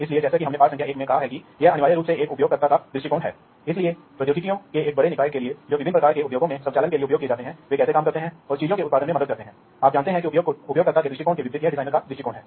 इसलिए हम देखेंगे कि यह कैसे इस प्रकार का नेटवर्क कर सकता है प्रस्तावित किया गया है इसका मानक प्रस्तावित किया गया है और यह फैक्ट्री वाइड कंट्रोल सिस्टम के लिए किस प्रकार की कार्यक्षमता और लाभ ला सकता है